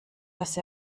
dass